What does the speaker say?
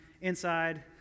Inside